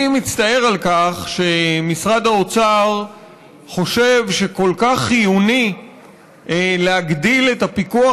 אני מצטער על כך שמשרד האוצר חושב שכל כך חיוני להגדיל את הפיקוח